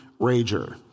rager